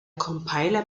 compiler